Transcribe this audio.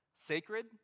Sacred